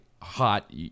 hot